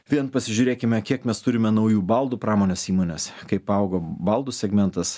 vien pasižiūrėkime kiek mes turime naujų baldų pramonės įmonės kaip augo baldų segmentas